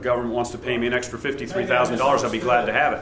government wants to pay me an extra fifty three thousand dollars i'll be glad to have it